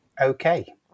okay